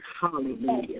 Hallelujah